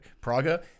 Praga